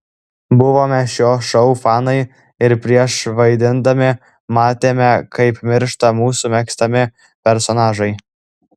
buvome šio šou fanai ir prieš vaidindami matėme kaip miršta mūsų mėgstami personažai